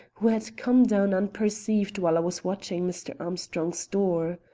who had come down unperceived while i was watching mr. armstrong's door.